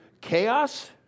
chaos